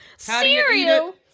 Cereal